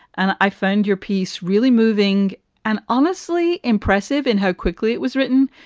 and i found your piece really moving and honestly impressive in how quickly it was written.